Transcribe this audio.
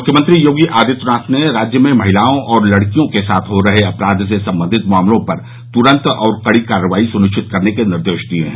मुख्यमंत्री योगी आदित्यनाथ ने राज्य में महिलाओं और लडकियों के साथ हो रहे अपराध से संबंधित मामलों पर तुरन्त और कड़ी कार्रवाई सुनिश्चित करने के निर्देश दिये हैं